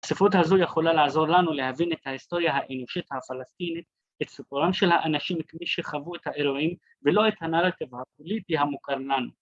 ‫הספרות הזו יכולה לעזור לנו ‫להבין את ההיסטוריה האנושית הפלסטינית, ‫את סיפורם של האנשים ‫כמי שחוו את האירועים, ‫ולא את הנרטיב הפוליטי המוכר לנו.